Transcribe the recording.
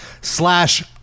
slash